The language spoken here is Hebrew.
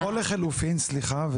או לחילופין סליחה,